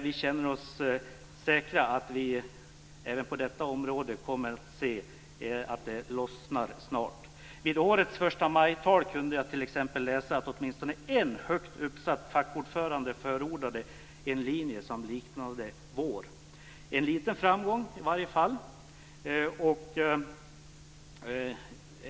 Vi känner oss säkra på att vi även på detta område kommer att se att det lossnar snart. Vid årets förstamajtal kunde jag t.ex. läsa att åtminstone en högt uppsatt fackordförande förordade en linje som liknade vår. Det är en liten framgång i alla fall.